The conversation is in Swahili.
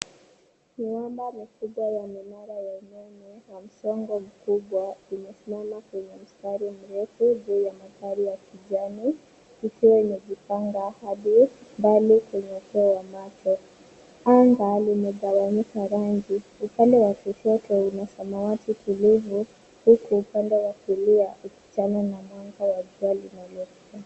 Miamba mikubwa ya minara ya umeme na msongo mkubwa uliosimama kwenye mstari mrefu juu ya mandhari ya kijani ikiwa imejipanga hadi mbali kwenye ufuo wa macho. Anga limetawanyika rangi. Upande kushoto una samawati mtulivu huku upande wa kulia ikichana na mwanga wa jua linaonekana.